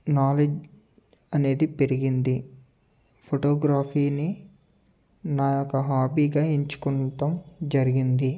knowledge అనేది పెరిగింది ఫోటోగ్రఫీని నాయొక్క హాబీగా ఎంచుకొనటం జరిగింది